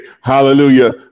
Hallelujah